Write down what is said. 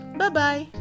bye-bye